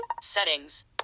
Settings